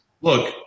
look